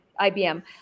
IBM